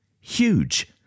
Huge